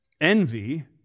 Envy